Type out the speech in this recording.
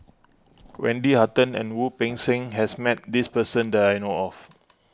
Wendy Hutton and Wu Peng Seng has met this person that I know of